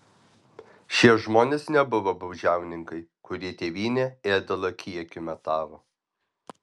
šie žmonės nebuvo baudžiauninkai kurie tėvynę ėdalo kiekiu matavo